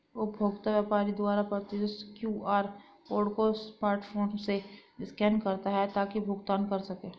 उपभोक्ता व्यापारी द्वारा प्रदर्शित क्यू.आर कोड को स्मार्टफोन से स्कैन करता है ताकि भुगतान कर सकें